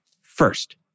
First